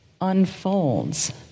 unfolds